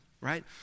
right